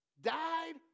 Died